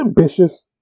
ambitious